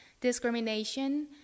Discrimination